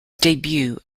debut